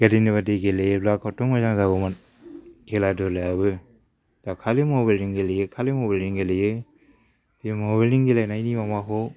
गोदोनि बादि गेलेयोब्ला खथ्त' मोजां जागौमोन खेला दुलायाबो दा खालि मबेलजों गेलेयो खालि मबेलजों गेलेयो बे मबेलजों गेलेनायनि माबाखौ